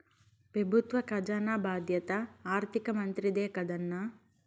పెబుత్వ కజానా బాధ్యత ఆర్థిక మంత్రిదే కదన్నా